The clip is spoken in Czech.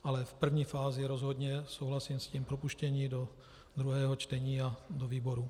Ale v první fázi rozhodně souhlasím s propuštěním do druhého čtení a do výborů.